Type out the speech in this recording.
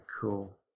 cool